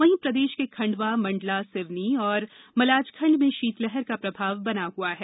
वहीं प्रदेश के खंडवा मंडला सिवनी और मलाजखण्ड में शीतलहर का प्रभाव बना हुआ है